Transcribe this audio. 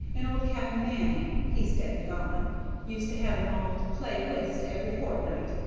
and old cap'n manning he's dead and gone used to have em all to play whist every fortnight,